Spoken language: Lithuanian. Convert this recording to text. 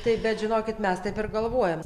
taip bet žinokit mes taip ir galvojam